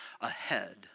ahead